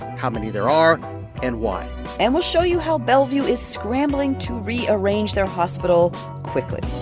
how many there are and why and we'll show you how bellevue is scrambling to rearrange their hospital quickly